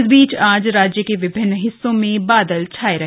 इस बीच आज राज्य के विभिन्न हिस्सों में बादल छाये रहे